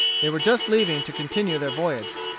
they were just leaving to continue their voyage.